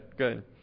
Good